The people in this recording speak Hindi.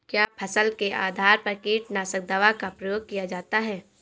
क्या फसल के आधार पर कीटनाशक दवा का प्रयोग किया जाता है?